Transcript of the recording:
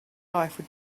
life